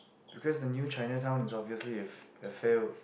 because the new Chinatown is obviously if a fail